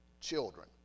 children